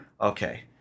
Okay